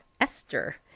esther